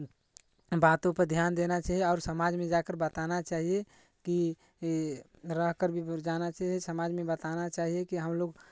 बातों पर ध्यान देना चाहिए और समाज में जाकर बताना चाहिए कि रहकर भी जाना चाहिए समाज में बताना चाहिए कि हमलोग